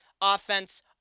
offense